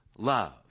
Love